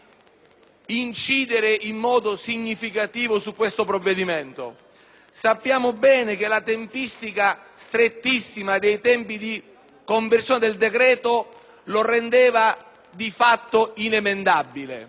incidere in modo significativo su di esso. Sappiamo bene che la tempistica strettissima della conversione del decreto lo rendeva di fatto inemendabile,